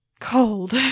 cold